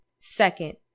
Second